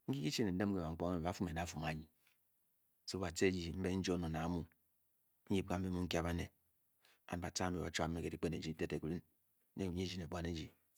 Inke he dhi le ndem banpkordi mbe pwa fu me ptor pkong a ye so ba te ji mbe njong anel amu nyeb pka nge and o tub be ntue ga di le ndem oyeji le buaneji